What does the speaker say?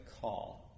call